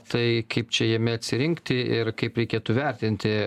tai kaip čia jame atsirinkti ir kaip reikėtų vertinti